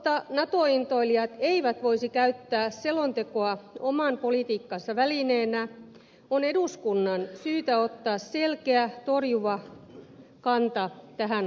jotta nato intoilijat eivät voisi käyttää selontekoa oman politiikkansa välineenä on eduskunnan syytä ottaa selkeä torjuva kanta tähän asiaan